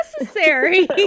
necessary